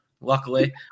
luckily